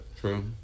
true